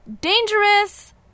dangerous